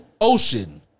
ocean